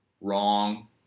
wrong